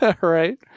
Right